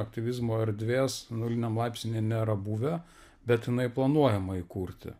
aktyvizmo erdvės nuliniam laipsnyje nėra buvę bet jinai planuojama įkurti